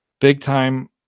Big-time